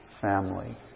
family